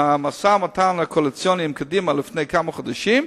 מהמשא-ומתן הקואליציוני עם קדימה לפני כמה חודשים,